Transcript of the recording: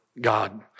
God